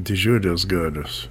didžiulės galios